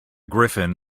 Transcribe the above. griffin